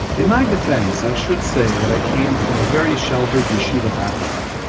in my defense, i should say that i came from a very sheltered yeshiva background.